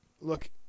Look